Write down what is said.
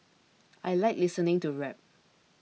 I like listening to rap